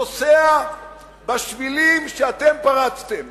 ופוסע בשבילים שאתם פרצתם.